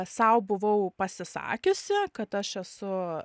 sau buvau pasisakiusi kad aš esu